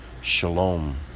Shalom